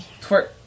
Twerk